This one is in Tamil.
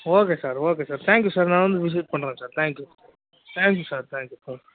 okay sir okay sir thank you sir நான் வந்து விசிட் பண்ணுறேன் thank you thank you sir thank you sir